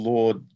Lord